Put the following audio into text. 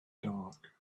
dark